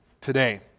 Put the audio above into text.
today